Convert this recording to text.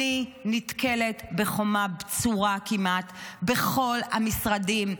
אני נתקלת בחומה בצורה כמעט בכל המשרדים.